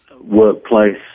workplace